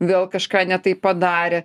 vėl kažką ne taip padarė